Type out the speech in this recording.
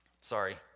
Sorry